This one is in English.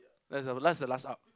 that's the that's the last arc